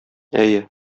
әйе